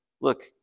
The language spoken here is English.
look